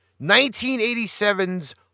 1987's